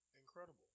incredible